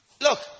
Look